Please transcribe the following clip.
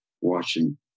watching